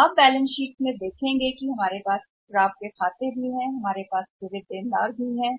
तो आप balance sheet में देखेंगे कि हम खाता प्राप्य भी है हमारे पास ऋणी ऋणी भी हैं